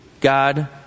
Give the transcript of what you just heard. God